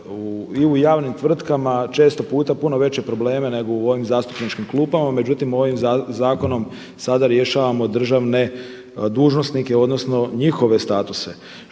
i u javnim tvrtkama često puta puno veće probleme nego u ovim zastupničkim klupama, međutim, ovim zakonom sada rješavamo državne dužnosnike odnosno njihove statuse.